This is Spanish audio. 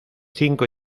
cinco